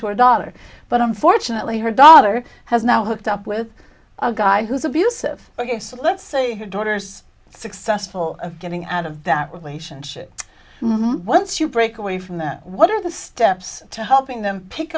to her daughter but unfortunately her daughter has now put up with a guy who's abusive ok let's say her daughter's successful of getting out of that relationship once you break away from that what are the steps to helping them pick